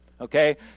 Okay